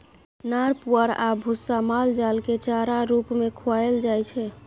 नार पुआर आ भुस्सा माल जालकेँ चारा रुप मे खुआएल जाइ छै